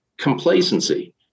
Complacency